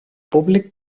públic